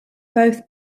both